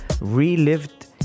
relived